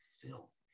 filth